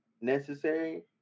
necessary